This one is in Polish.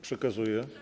Przekazuję.